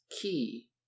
key